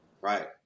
Right